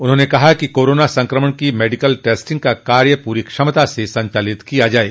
उन्होंने कहा कि कोरोना संक्रमण की मेडिकल टेस्टिंग का कार्य पूरी क्षमता से संचालित किया जाये